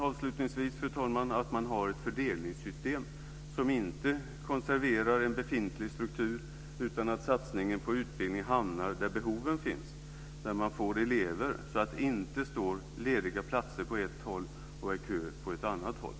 Avslutningsvis är det viktigt att man har ett fördelningssystem som inte konserverar en befintlig struktur utan att satsningen på utbildning sker där behoven finns, där man får elever, så att det inte står lediga platser på ett håll och är kö på ett annat håll.